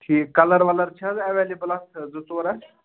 ٹھیٖک کَلَر وَلر چھِ حظ ایٚویلیبُل اَتھ زٕ ژور اَتھ